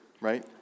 Right